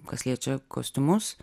kas liečia kostiumus